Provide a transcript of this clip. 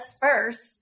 first